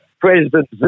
President